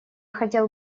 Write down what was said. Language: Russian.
хотел